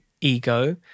ego